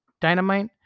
Dynamite